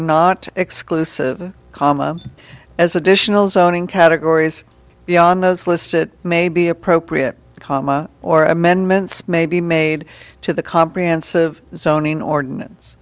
not exclusive as additional zoning categories beyond those listed may be appropriate comma or amendments may be made to the comprehensive zoning ordinance